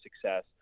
success